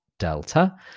Delta